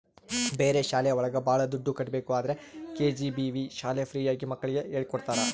ಬೇರೆ ಶಾಲೆ ಒಳಗ ಭಾಳ ದುಡ್ಡು ಕಟ್ಬೇಕು ಆದ್ರೆ ಕೆ.ಜಿ.ಬಿ.ವಿ ಶಾಲೆ ಫ್ರೀ ಆಗಿ ಮಕ್ಳಿಗೆ ಹೇಳ್ಕೊಡ್ತರ